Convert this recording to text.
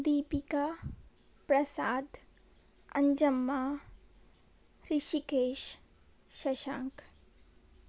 Deepika Prasad Anjamma Rishikesh Shashank